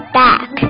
back